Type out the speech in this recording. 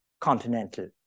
continental